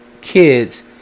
kids